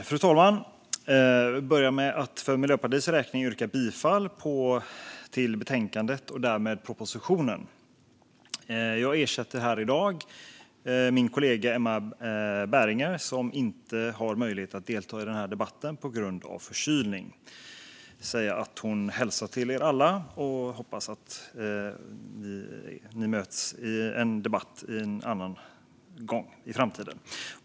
Fru talman! Jag börjar med att för Miljöpartiets räkning yrka bifall till utskottets förslag i betänkandet och därmed också till propositionen. Jag ersätter här i dag min kollega Emma Berginger, som inte har möjlighet att delta i denna debatt på grund av förkylning. Hon hälsar till er alla och hoppas att ni kan mötas i en annan debatt i framtiden.